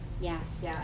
Yes